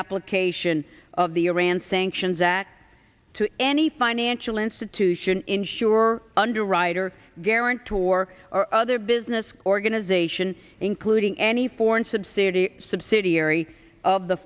application of the iran sanctions act to any financial institution insurer underwriter guarantor or other business organization including any foreign subsidiary subsidiary of the